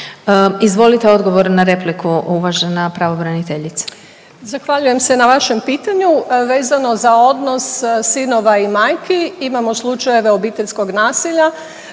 Izvolite odgovor na repliku, uvažena pravobraniteljice.